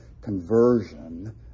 conversion